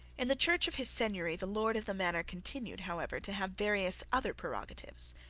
in the church of his seigneury the lord of the manor continued, however, to have various other prerogatives.